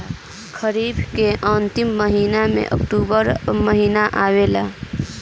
खरीफ़ के अंतिम मौसम में अक्टूबर महीना आवेला?